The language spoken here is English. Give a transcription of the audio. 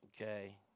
Okay